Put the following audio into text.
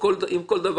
אם כל דבר